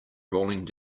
rolling